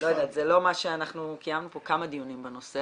זה לא מה שאנחנו --- קיימנו פה כמה דיונים בנושא